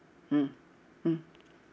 mm mm